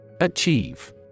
Achieve